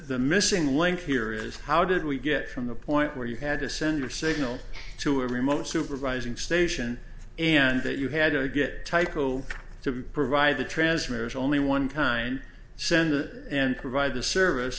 e missing link here is how did we get from the point where you had to send a signal to a remote supervising station and that you had to get tyco to provide the transmitters only one time send that and provide the service